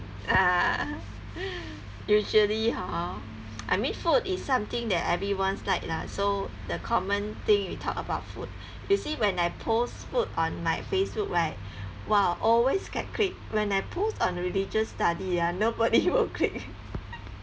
uh usually hor I mean food is something that everyone like lah so the common thing we talk about food you see when I post food on my facebook right !wow! always get click when I post on religious study ah nobody will click